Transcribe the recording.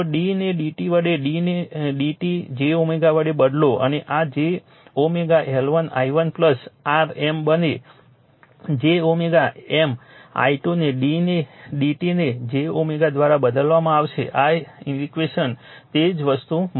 જો d ને dt વડે d ને dt j વડે બદલો અને આ j L1 i1 r M બને j M i2 ને d ને dt ને j દ્વારા બદલવામાં આવશે આ ઈક્વેશનમાં તે જ વસ્તુ મળશે